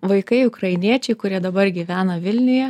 vaikai ukrainiečiai kurie dabar gyvena vilniuje